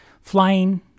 flying